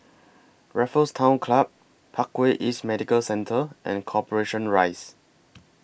Raffles Town Club Parkway East Medical Centre and Corporation Rise